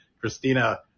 Christina